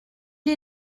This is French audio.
est